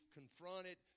confronted